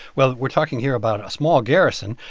well, we're talking here about a small garrison,